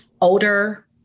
older